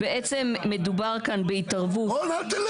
בעצם מדובר כאן בהתערבות -- רון, אל תלך.